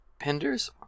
Penders